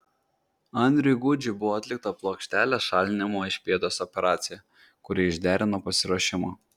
andriui gudžiui buvo atlikta plokštelės šalinimo iš pėdos operacija kuri išderino pasiruošimą